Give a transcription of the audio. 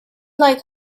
like